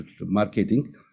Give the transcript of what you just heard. marketing